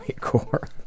core